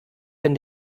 wenn